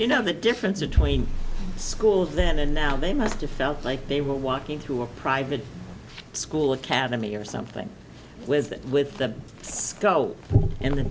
you know the difference between school then and now they must've felt like they were walking through a private school academy or something with that with the scope and